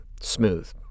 smooth